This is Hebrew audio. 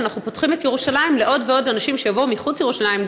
שאנחנו פותחים את ירושלים לעוד ועוד אנשים שיבואו מחוץ לירושלים,